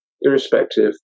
irrespective